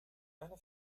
eine